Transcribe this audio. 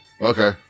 Okay